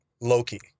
Loki